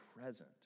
present